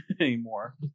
anymore